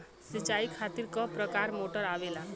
सिचाई खातीर क प्रकार मोटर आवेला?